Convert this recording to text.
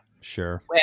Sure